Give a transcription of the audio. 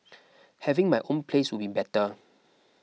having my own place would be better